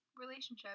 relationship